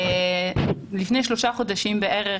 לפני שלושה חודשים בערך,